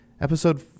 episode